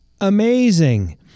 amazing